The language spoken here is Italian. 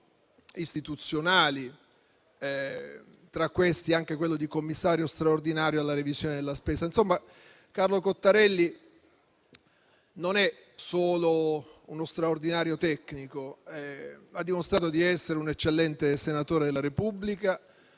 istituzionali, tra i quali anche quello di commissario straordinario alla revisione della spesa. Insomma, Carlo Cottarelli non è solo uno straordinario tecnico, ma ha dimostrato di essere un eccellente senatore della Repubblica;